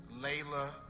layla